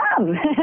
love